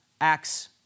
Acts